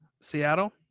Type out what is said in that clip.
Seattle